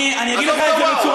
ברשותך,